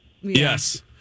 Yes